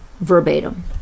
Verbatim